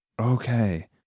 Okay